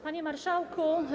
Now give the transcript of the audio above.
Panie Marszałku!